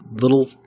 little –